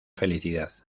felicidad